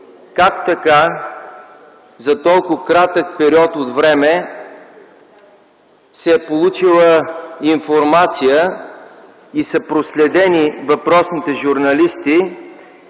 как така за толкова кратък период от време се е получила информация и са проследени въпросните журналисти,